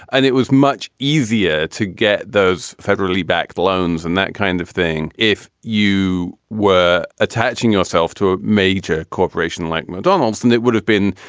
and it was much easier to get those federally backed loans loans and that kind of thing if you were attaching yourself to a major corporation like mcdonald's. and it would have been,